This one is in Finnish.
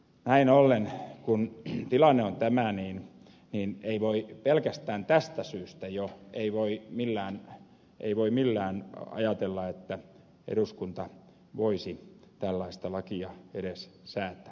näin ollen kun tilanne on tämä niin pelkästään jo tästä syystä ei voi millään ajatella että eduskunta voisi tällaista lakia edes säätää